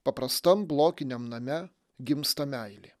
paprastam blokiniam name gimsta meilė